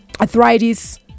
arthritis